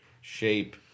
shape